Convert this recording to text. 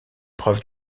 preuve